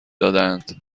دادهاند